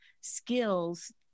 skills